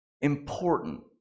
important